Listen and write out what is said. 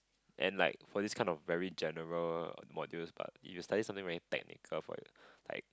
and like for this kind of very general modules but if you study something very technical for example like